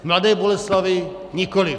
V Mladé Boleslavi nikoliv.